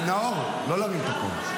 נאור, לא להרים את הקול.